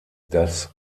das